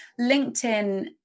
LinkedIn